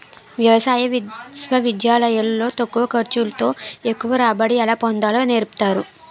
వ్యవసాయ విశ్వవిద్యాలయాలు లో తక్కువ ఖర్చు తో ఎక్కువ రాబడి ఎలా పొందాలో నేర్పుతారు